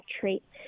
trait